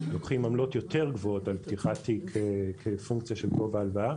לוקחים עמלות יותר גבוהות על פתיחת תיק כפונקציה של גובה ההלוואה.